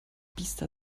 biester